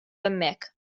hemmhekk